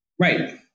Right